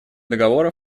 договора